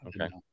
Okay